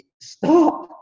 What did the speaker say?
stop